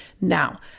Now